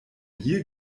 hier